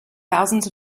thousands